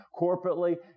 corporately